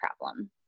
problem